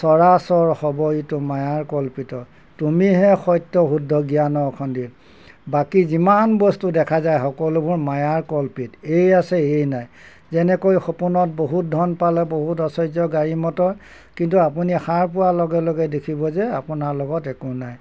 চৰা চৰ হ'ব ইটো মায়াৰ কল্পিত তুমিহে সত্য শুদ্ধ জ্ঞানৰ খণ্ডীৰ বাকী যিমান বস্তু দেখা যায় সকলোবোৰ মায়াৰ কল্পিত এই আছে এই নাই যেনেকৈ সপোনত বহুত ধন পালে বহুত আশ্চৰ্য গাড়ী মটৰ কিন্তু আপুনি সাৰ পোৱাৰ লগে লগে দেখিব যে আপোনাৰ লগত একো নাই